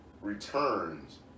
Returns